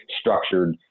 structured